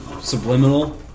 subliminal